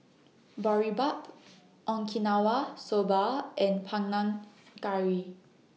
Boribap Okinawa Soba and Panang Curry